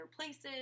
places